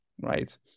right